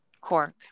Cork